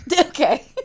okay